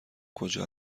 کجا